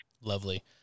Lovely